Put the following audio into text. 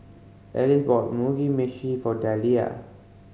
Alice bought Mugi Meshi for Deliah